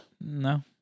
No